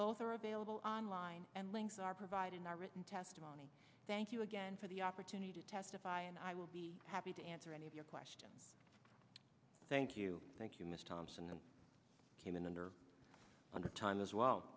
both are available online and links are provided in our written testimony thank you again for the opportunity to testify and i will be happy to answer any of your questions thank you thank you miss thompson came in and are on the time as well